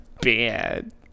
bad